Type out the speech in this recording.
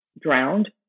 drowned